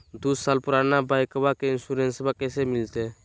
दू साल पुराना बाइकबा के इंसोरेंसबा कैसे मिलते?